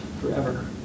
forever